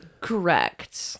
Correct